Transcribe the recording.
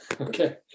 Okay